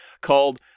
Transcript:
called